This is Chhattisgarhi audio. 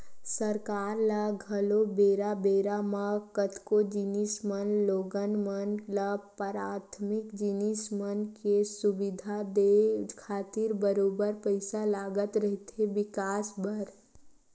सरकार ल घलो बेरा बेरा म कतको जिनिस म लोगन मन ल पराथमिक जिनिस मन के सुबिधा देय खातिर बरोबर पइसा लगत रहिथे बिकास बर